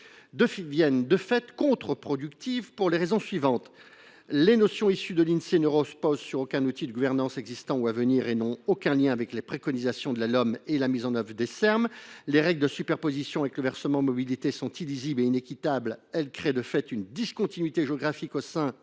deviennent, de fait, contre productives pour les raisons suivantes. D’abord, les notions issues de l’Insee ne reposent sur aucun outil de gouvernance existant ou à venir et n’ont aucun lien avec les préconisations figurant dans la LOM et avec la mise en œuvre des Serm. Ensuite, les règles de superposition avec le versement mobilité sont illisibles et inéquitables. Elles créent de fait une discontinuité géographique au sein et